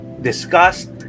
discussed